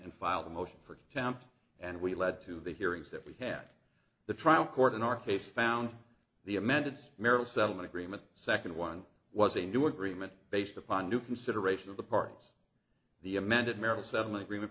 and filed a motion for tamped and we lead to the hearings that we had the trial court in our case found the amended merrill settlement agreement second one was a new agreement based upon new consideration of the parties the amended marital settlement agreement